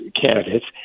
candidates